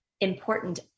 important